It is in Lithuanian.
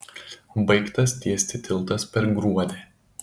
baigtas tiesti tiltas per gruodę